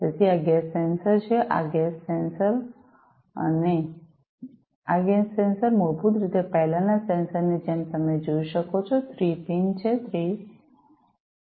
તેથી આ gas sensor છે આ ગેસ સેન્સર છે અને આ ગેસ સેન્સરમૂળભૂત રીતે પહેલાનાં સેન્સર્સ ની જેમ તમે જોઈ શકો છો 3 પિન 3 છે પિન 3 પોર્ટ્સ